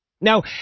Now